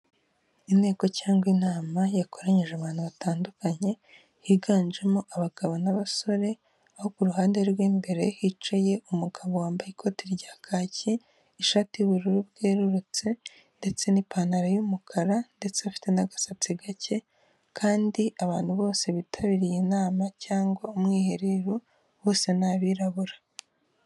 Inteko cyangwa inama yakoranyije abantu batandukanye higanjemo abagabo n'abasore, aho kuruhande rw'imbere hicaye umugabo wambaye ikoti rya kaki, ishati y'ubururu bwerurutse ndetse n'ipantaro y'umukara ndetse afite n'agasatsi gake, kandi abantu bose bitabiriye inama cyangwa umwiherero bose ni abirabura.